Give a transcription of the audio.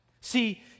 See